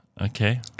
Okay